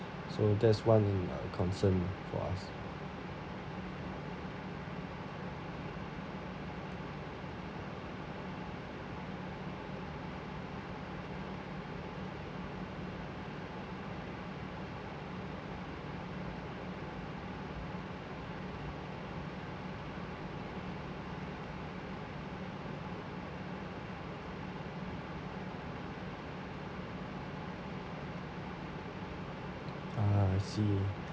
so that's one uh concern for us ah I see